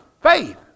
Faith